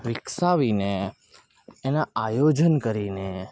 વિકસાવીને એનાં આયોજન કરીને